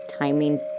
Timing